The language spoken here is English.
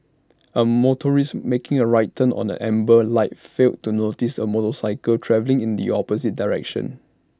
A motorist making A right turn on an amber light failed to notice A motorcycle travelling in the opposite direction